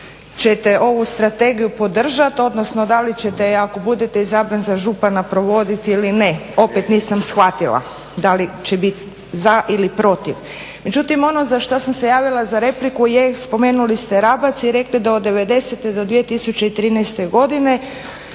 ćete ovu strategiju podržati, odnosno da li ćete je ako budete izabran za župana provodit ili ne. Opet nisam shvatila da li će bit za ili protiv. Međutim ono za što sam se javila za repliku je, spomenuli ste Rabac i rekli do '90.-te, do 2013. godine